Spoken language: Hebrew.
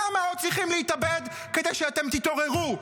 כמה עוד צריכים להתאבד כדי שאתם תתעוררו?